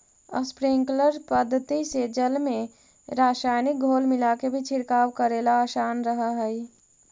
sprinkler पद्धति से जल में रसायनिक घोल मिलाके भी छिड़काव करेला आसान रहऽ हइ